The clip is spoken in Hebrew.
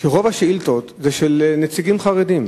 שרוב השאילתות הן של נציגים חרדים,